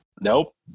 Nope